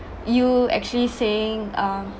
you actually saying um